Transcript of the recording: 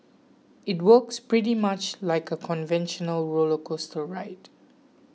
it works pretty much like a conventional roller coaster ride